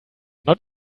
not